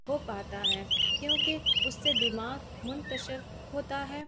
ہو پاتا ہے کیونکہ اس سے دماغ منتشر ہوتا ہے